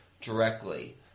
directly